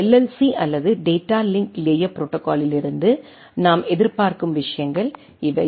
C அல்லது data link layer ப்ரோடோகாலில் இருந்து நாம் எதிர்பார்க்கும் விஷயங்கள் இவையாகும்